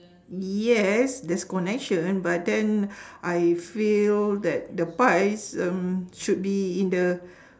yes there's connection but then I feel that the pies um should be in the